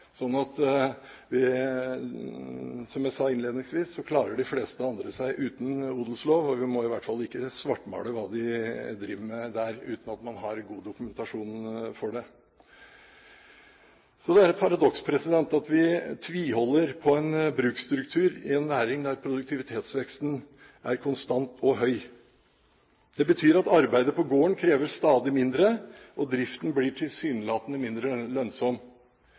Som jeg sa innledningsvis, klarer de fleste andre land seg uten odelslov, og vi må i hvert fall ikke svartmale hva de driver med, uten at vi har god dokumentasjon på det. Så det er et paradoks at vi tviholder på en bruksstruktur i en næring der produktivitetsveksten er konstant og høy. Det betyr at arbeidet på gården krever stadig mindre, og driften blir tilsynelatende mindre lønnsom.